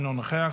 אינו נוכח,